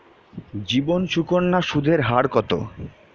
জীবন সুকন্যা সুদের হার কত?